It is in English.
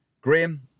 Graham